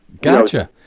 gotcha